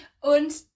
Und